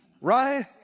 Right